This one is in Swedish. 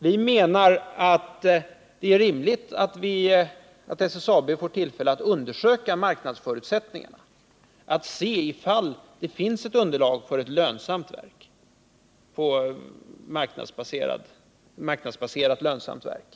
Vi menar att det är rimligt att SSAB får tillfälle att undersöka marknadsförutsättningarna, att se om det finns ett underlag för ett mark nadsbaserat lönsamt verk.